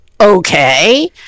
Okay